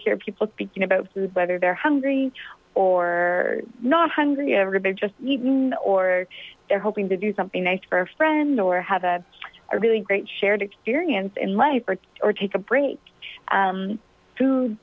hear people speaking about food whether they're hungry or not hungry everybody just eaten or they're hoping to do something nice for a friend or have a really great shared experience in life or take a break